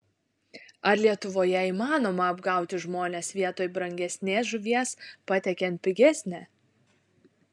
ar lietuvoje įmanoma apgauti žmones vietoj brangesnės žuvies patiekiant pigesnę